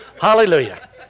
Hallelujah